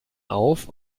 auf